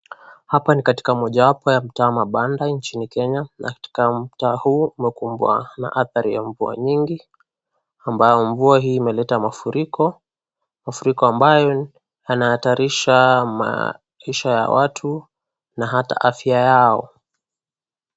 Hapa ni katika moja wapo ya mtaa wa mabanda wa nchini Kenya na katika mtaa huu umekumbwa na athari ya mvua nyingi amabo mvua hii imeleta mafuriko, mafuriko ambayo inahatarisha maisha ya watu na ata afya yao.